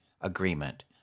agreement